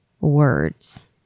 words